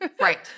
Right